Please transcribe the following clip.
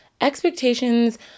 expectations